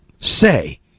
say